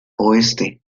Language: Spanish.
oeste